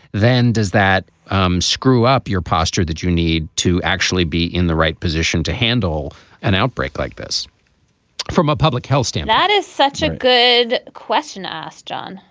then does that um screw up your posture that you need to actually be in the right position to handle an outbreak like this from a public health stand? that is such a good question to ask, john.